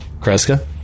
Kreska